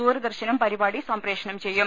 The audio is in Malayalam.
ദൂരദർശനും പരിപാടി സംപ്രേഷണം ചെയ്യും